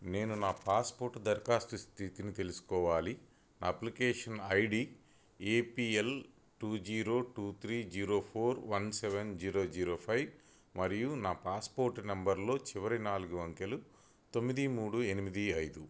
నేను నా పాస్పోర్ట్ దరఖాస్తు స్థితిని తెలుసుకోవాలి నా application ID APL two zero two three zero four one seven zero zero five మరియు నా పాస్పోర్ట్ నంబర్లో చివరి నాలుగు అంకెలు తొమ్మిది మూడు ఎనిమిది ఐదు